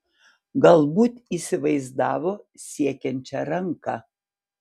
galbūt įsivaizdavo siekiančią ranką